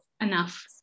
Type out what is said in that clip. enough